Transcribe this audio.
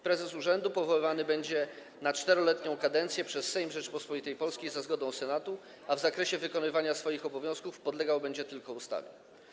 Prezes urzędu powoływany będzie na 4-letnią kadencję przez Sejm Rzeczypospolitej Polskiej za zgodą Senatu, a w zakresie wykonywania swoich obowiązków będzie podlegał tylko ustawie.